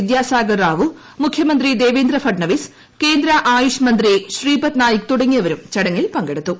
വിദ്യാസാഗർ റാവു മുഖ്യമന്ത്രി ദേവേന്ദ്ര ഭട്നാവിസ് കേന്ദ്ര ആയുഷ്മന്ത്രി ശ്രീപദ് നായിക് തുടങ്ങിയവരും ചടങ്ങിൽ പങ്കെടുത്തു